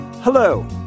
Hello